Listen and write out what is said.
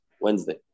Wednesday